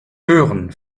hören